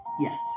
Yes